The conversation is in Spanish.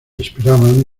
esperaban